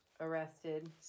arrested